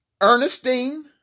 Ernestine